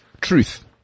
Truth